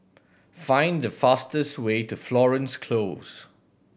find the fastest way to Florence Close